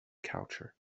culture